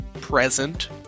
present